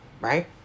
Right